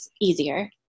easier